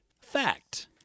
fact